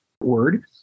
word